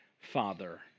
Father